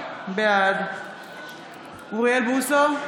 בעד אוריאל בוסו,